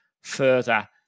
further